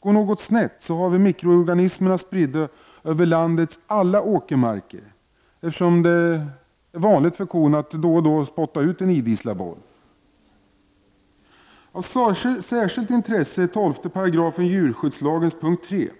Går något snett får vi mikroorganismer spridda över landets alla åkermarker, eftersom det är vanligt att korna då och då spottar ut en idisslad boll. Av särskilt intresse är 12 § punkt 3 i djurskyddslagen där det sägs att